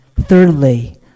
Thirdly